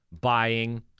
buying